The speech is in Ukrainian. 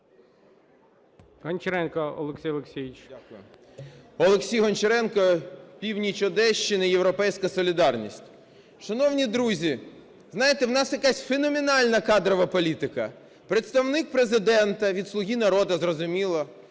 Олексій Гончаренко, північ Одещини, "Європейська солідарність". Шановні друзі, знаєте, у нас якась феноменальна кадрова політика. Представник Президента від "Слуги народу", зрозуміло,